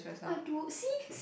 oh I do see see